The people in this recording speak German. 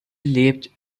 lebt